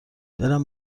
دلم